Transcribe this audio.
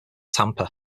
tampa